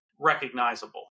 recognizable